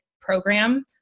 program